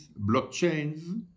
blockchains